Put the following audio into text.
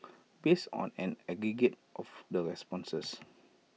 based on an aggregate of the responses